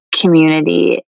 community